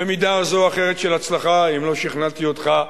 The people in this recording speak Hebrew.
במידה זו או אחרת של הצלחה, אם לא שכנעתי אותך,